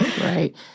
Right